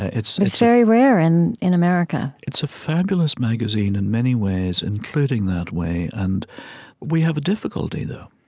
it's it's very rare and in america it's a fabulous magazine in many ways, including that way, and we have a difficulty, though.